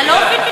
אני לא מבינה.